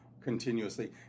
continuously